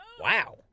Wow